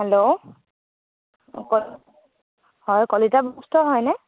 hello হয় Kalita book store হয়নে